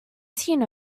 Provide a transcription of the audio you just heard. seen